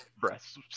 breasts